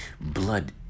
Blood